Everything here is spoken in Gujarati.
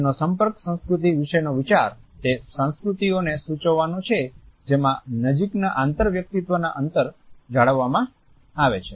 તેમનો સંપર્ક સંસ્કૃતિ વિશેનો વિચાર તે સંસ્કૃતિઓને સૂચવવાનો છે જેમાં નજીકના આંતરવ્યક્તિત્વના અંતર જાળવવામાં આવે છે